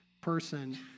person